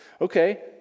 Okay